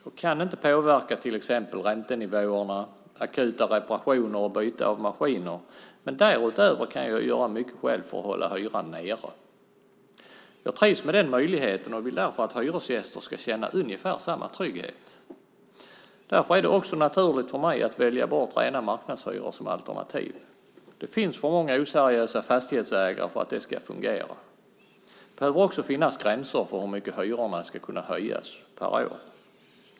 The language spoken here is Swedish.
Jag kan inte påverka till exempel räntenivåerna, akuta reparationer och byte av maskiner, men därutöver kan jag göra mycket själv för att hålla hyran nere. Jag trivs med den möjligheten och vill därför att hyresgäster ska känna ungefär samma trygghet. Därför är det naturligt för mig att välja bort rena marknadshyror som alternativ. Det finns för många oseriösa fastighetsägare för att det ska fungera. Det bör också finnas gränser för hur mycket hyrorna ska kunna höjas per år.